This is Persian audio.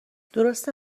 درسته